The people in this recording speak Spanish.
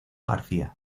garcía